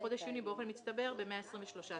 מחודש יוני באופן מצטבר ב-123 שקלים.